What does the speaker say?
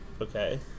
Okay